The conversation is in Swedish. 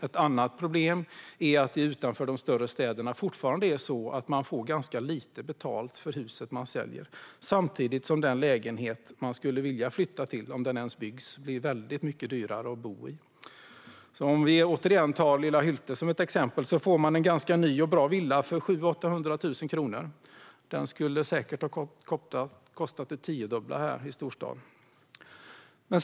Ett annat problem är att det utanför de större städerna fortfarande är så att man får ganska lite betalt för huset man säljer, samtidigt som den lägenhet man skulle vilja flytta till - om den ens byggs - blir väldigt mycket dyrare att bo i. Om vi återigen tar lilla Hylte som exempel får man en ganska ny och bra villa för 700 000-800 000 kronor. Den skulle säkert ha kostat det tiodubbla här i storstaden.